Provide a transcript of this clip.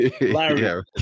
Larry